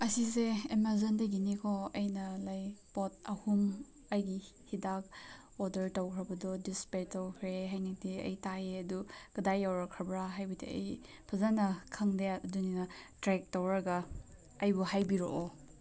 ꯑꯁꯤꯁꯦ ꯑꯦꯃꯥꯖꯣꯟꯗꯒꯤꯅꯤ ꯀꯣ ꯑꯩꯅ ꯂꯩ ꯄꯣꯠ ꯑꯍꯨꯝ ꯑꯩꯒꯤ ꯍꯤꯗꯥꯛ ꯑꯣꯗꯔ ꯇꯧꯈ꯭ꯔꯕꯗꯣ ꯗꯤꯁꯄꯦꯠꯁ ꯇꯧꯈ꯭ꯔꯦ ꯍꯥꯏꯅꯗꯤ ꯑꯩ ꯇꯥꯏꯌꯦ ꯑꯗꯨ ꯀꯗꯥꯏ ꯌꯧꯔꯛꯈ꯭ꯔꯕ꯭ꯔꯥ ꯍꯥꯏꯗꯤ ꯑꯩ ꯐꯖꯅ ꯈꯪꯗꯦ ꯑꯗꯨꯅꯤꯅ ꯇ꯭ꯔꯦꯛ ꯇꯧꯔꯒ ꯑꯩꯕꯨ ꯍꯥꯏꯕꯤꯔꯛꯑꯣ